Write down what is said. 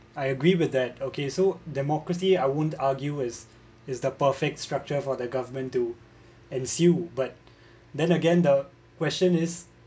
I agree with that okay so democracy I won't argue is is the perfect structure for the government to and ensue but then again the question is